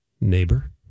Neighbor